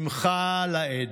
שמחה לאיד.